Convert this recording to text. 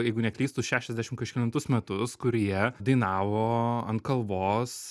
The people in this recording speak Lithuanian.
jeigu neklystu šešiasdešim kažkelintus metus kur jie dainavo ant kalvos